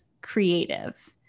creative